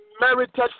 merited